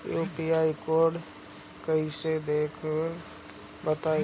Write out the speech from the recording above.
UPI code कैसे देखब बताई?